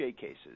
cases